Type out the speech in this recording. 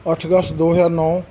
ਅੱਠ ਦਸ ਦੋ ਹਜ਼ਾਰ ਨੌਂ